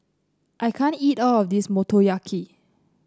I can't eat all of this Motoyaki